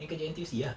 then kerja N_T_U_C ah